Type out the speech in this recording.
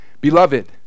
Beloved